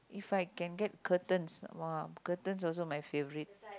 if I can get curtains !wow! curtains also my favourite